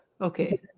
okay